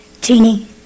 Jeannie